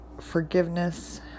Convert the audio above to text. forgiveness